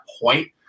point